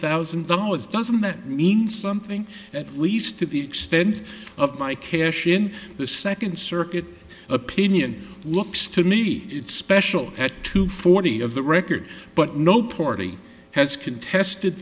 thousand dollars doesn't that mean something at least to the extend of my cash in the second circuit opinion looks to me special at two forty of the record but no party has contested